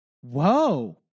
whoa